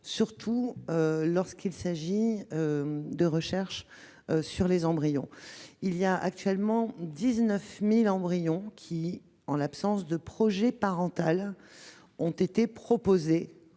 surtout quand il s'agit de recherche sur les embryons. On compte actuellement 19 000 embryons, dont, en l'absence de projet parental, on a proposé